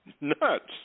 nuts